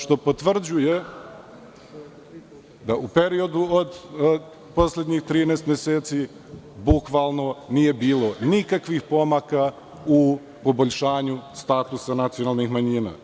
Što potvrđuje da u periodu od poslednjih 13 meseci nije bilo nikakvih pomaka u poboljšanju statusa nacionalnih manjina.